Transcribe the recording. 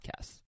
podcasts